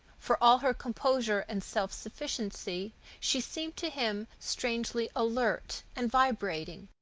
for all her composure and self-sufficiency, she seemed to him strangely alert and vibrating,